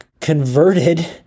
converted